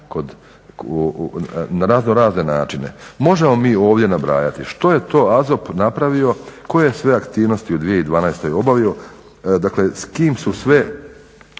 na raznorazne načine. Možemo mi ovdje nabrajati što je to AZOP napravio, koje sve aktivnosti u 2012. je obavio, dakle s kim su sve